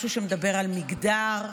משהו שמדבר על מגדר,